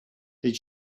did